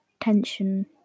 tension